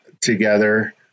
together